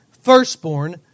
Firstborn